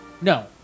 No